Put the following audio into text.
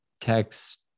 text